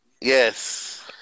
Yes